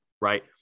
right